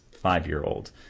Five-year-old